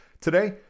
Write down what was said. Today